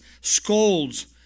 scolds